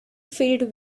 filled